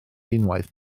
unwaith